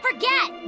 Forget